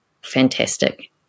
fantastic